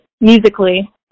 musically